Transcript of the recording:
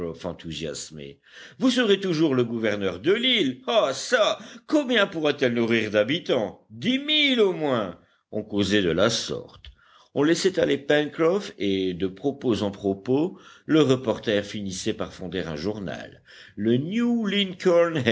enthousiasmé vous serez toujours le gouverneur de l'île ah ça combien pourra telle nourrir d'habitants dix mille au moins on causait de la sorte on laissait aller pencroff et de propos en propos le reporter finissait par fonder un journal le